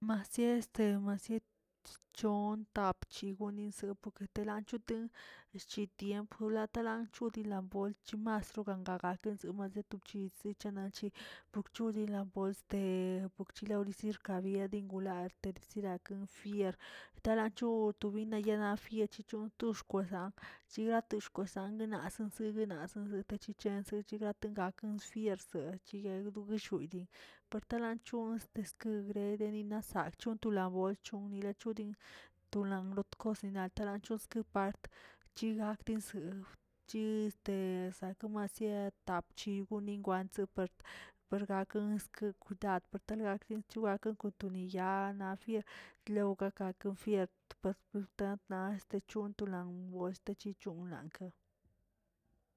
Masi este masi chon tap chi goneze gokelan choti chchi tiempo latan ancho dila bolt masroranga simalze to chi chinanchi okcholi lan bols tebokcholi lasireka yaligula siraken viern, taloncho tubieneyaj na fiechichon yo xkwesan, zilate xkwesan nasen sina gasen techichan signa tengaken siern gueciyeg tobisheguy partalancho este kigredinen nasa chon talabolchon la chodin to lan lotkosin talanchoski part, chigaktesin chi este akomo sie tap chibo niwantsi per per gaken tad parquin gakən gaken kon toniya ana fier lewbe gaken fier to part gakguina este chon tulan o este chichonlak'.